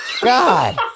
god